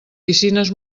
piscines